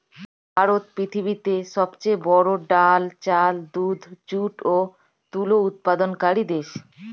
ভারত পৃথিবীতে সবচেয়ে বড়ো ডাল, চাল, দুধ, যুট ও তুলো উৎপাদনকারী দেশ